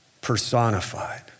personified